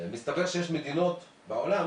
מסתבר שיש מדינות בעולם